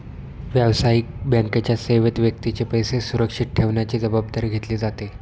व्यावसायिक बँकेच्या सेवेत व्यक्तीचे पैसे सुरक्षित ठेवण्याची जबाबदारी घेतली जाते